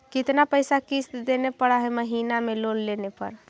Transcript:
कितना पैसा किस्त देने पड़ है महीना में लोन लेने पर?